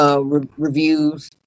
Reviews